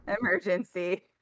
Emergency